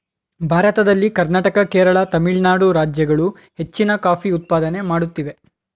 ಭಾರತದಲ್ಲಿ ಕರ್ನಾಟಕ, ಕೇರಳ, ತಮಿಳುನಾಡು ರಾಜ್ಯಗಳು ಹೆಚ್ಚಿನ ಕಾಫಿ ಉತ್ಪಾದನೆ ಮಾಡುತ್ತಿವೆ